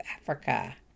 Africa